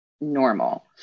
normal